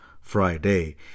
friday